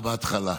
בהתחלה.